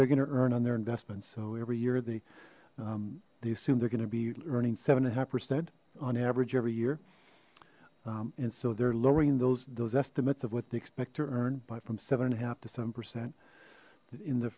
they're going to earn on their investments so every year they they assume they're going to be earning seven and half percent on average every year and so they're lowering those those estimates of what they expect to earn by from seven and a half to seven percent in the